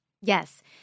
Yes